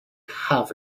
have